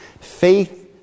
Faith